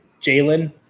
Jalen